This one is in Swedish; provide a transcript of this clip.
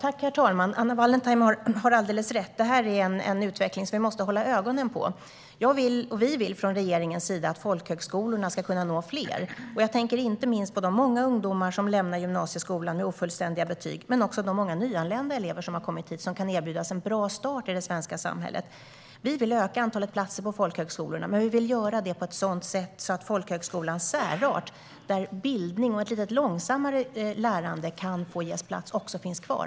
Herr talman! Anna Wallentheim har alldeles rätt: Det här är en utveckling som vi måste hålla ögonen på. Jag och regeringen vill att folkhögskolorna ska kunna nå fler - jag tänker inte minst på de många ungdomar som lämnar gymnasieskolan med ofullständiga betyg och på de många nyanlända elever som har kommit hit, som kan erbjudas en bra start i det svenska samhället. Vi vill öka antalet platser på folkhögskolorna, men vi vill göra detta på ett sådant sätt att folkhögskolans särart, där bildning och ett lite långsammare lärande kan få ges plats, finns kvar.